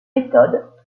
méthode